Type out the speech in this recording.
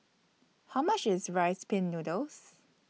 How much IS Rice Pin Noodles